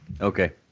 Okay